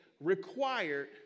required